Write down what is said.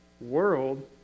world